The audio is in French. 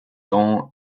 dont